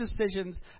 decisions